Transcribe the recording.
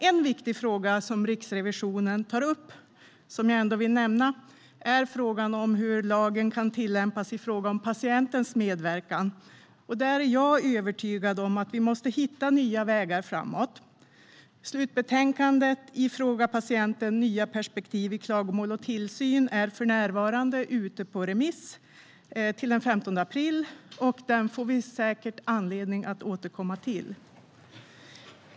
En viktig fråga som Riksrevisionen tar upp och som jag ändå vill nämna är frågan om hur lagen kan tillämpas i fråga om patientens medverkan. Där är jag övertygad att vi måste hitta nya vägar framåt. Slutbetänkandet Fråga patienten - Nya perspektiv i klagomål och tillsyn är för närvarande ute på remiss till den 15 april. Den får vi säkert anledning att återkomma till.